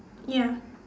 ya